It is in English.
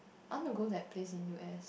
I want to go to that place in U_S